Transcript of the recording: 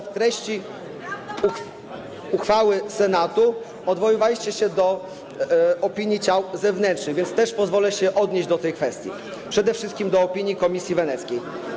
W treści uchwały Senatu bardzo często odwoływaliście się do opinii ciał zewnętrznych, więc też pozwolę się odnieść do tej kwestii, przede wszystkim do opinii Komisji Weneckiej.